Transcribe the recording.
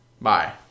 bye